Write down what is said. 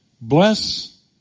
Bless